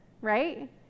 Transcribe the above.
right